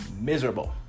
miserable